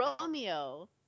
Romeo